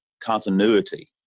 continuity